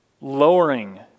lowering